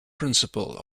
principle